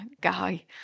guy